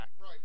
Right